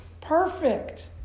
Perfect